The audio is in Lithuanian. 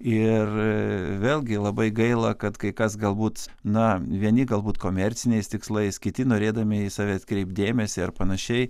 ir vėlgi labai gaila kad kai kas galbūt na vieni galbūt komerciniais tikslais kiti norėdami į save atkreipt dėmesį ar panašiai